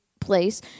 place